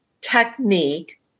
technique